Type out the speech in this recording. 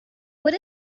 what